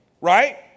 Right